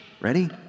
Ready